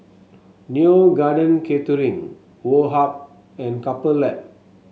Neo Garden Catering Woh Hup and Couple Lab